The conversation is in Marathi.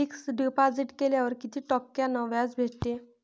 फिक्स डिपॉझिट केल्यावर कितीक टक्क्यान व्याज भेटते?